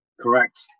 correct